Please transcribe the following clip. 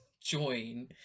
join